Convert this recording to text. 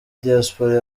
diaspora